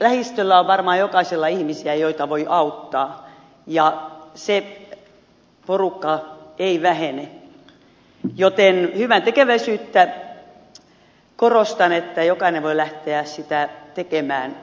lähistöllä on varmaan jokaisella ihmisiä joita voi auttaa ja se porukka ei vähene joten korostan että hyväntekeväisyyttä jokainen voi lähteä tekemään täysin